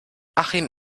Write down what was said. achim